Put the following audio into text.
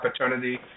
opportunity